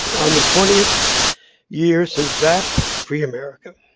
on the twentieth year since vapp free america.